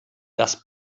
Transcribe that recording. das